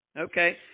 Okay